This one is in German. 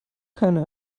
keine